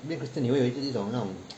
没有 christian 你会有一个那种那种